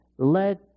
let